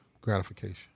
gratification